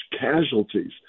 casualties